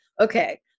okay